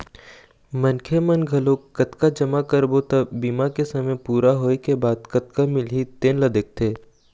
मनखे मन घलोक कतका जमा करबो त बीमा के समे पूरा होए के बाद कतका मिलही तेन ल देखथे